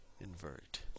invert